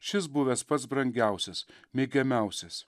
šis buvęs pats brangiausias mėgiamiausias